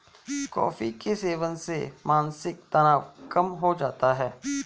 coffee के सेवन से मानसिक तनाव कम हो जाता है